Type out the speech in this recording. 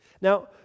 Now